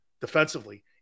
defensively